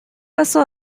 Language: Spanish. pasó